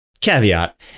caveat